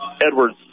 Edwards